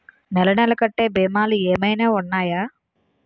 నెల నెల కట్టే భీమాలు ఏమైనా ఉన్నాయా?